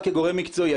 מקצועי,